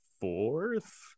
fourth